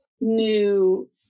new